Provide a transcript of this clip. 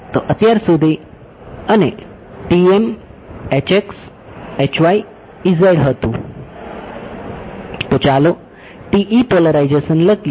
તો ચાલો TE polarisation લઈએ